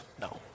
No